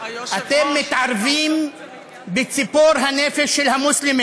אתם מתערבים בציפור הנפש של המוסלמים